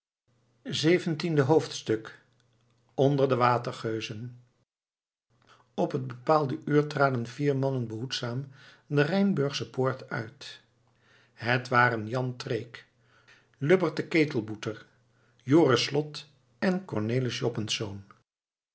zeventiende hoofdstuk onder de watergeuzen op het bepaalde uur traden vier mannen behoedzaam de rijnsburgsche poort uit het waren jan treek lubbert de ketelboeter joris slot en cornelis joppensz